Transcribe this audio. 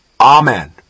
Amen